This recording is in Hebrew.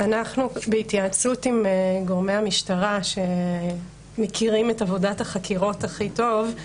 בהתייעצות עם גורמי המשטרה שמכירים את עבודת החקירות הכי טוב,